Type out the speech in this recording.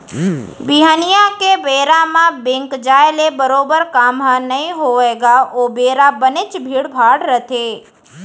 बिहनिया के बेरा म बेंक जाय ले बरोबर काम ह नइ होवय गा ओ बेरा बनेच भीड़ भाड़ रथे